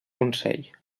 consell